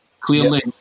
Clearly